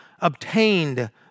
obtained